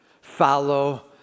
Follow